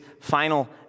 final